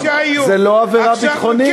זו לא עבירה ביטחונית.